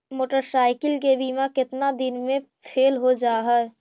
Motorcycle के बिमा केतना दिन मे फेल हो जा है?